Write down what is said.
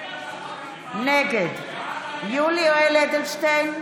נגד יולי יואל אדלשטיין,